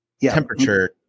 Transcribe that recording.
temperature